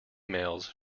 emails